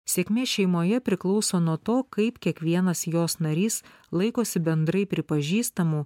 sėkmė šeimoje priklauso nuo to kaip kiekvienas jos narys laikosi bendrai pripažįstamų